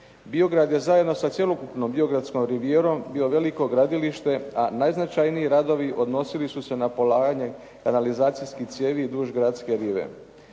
Biograd je zajedno sa cjelokupnom Biogradskom rivijerom bio veliko gradilište, a najznačajniji radovi odnosili su se na polaganje kanalizacijskih cijevi duž gradske rive.